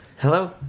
Hello